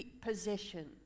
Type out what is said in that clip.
possession